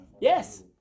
Yes